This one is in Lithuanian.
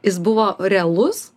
jis buvo realus